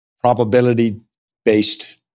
probability-based